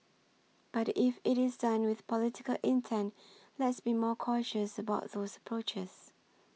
but if it is done with political intent let's be more cautious about those approaches